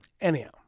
Anyhow